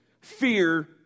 Fear